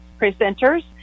presenters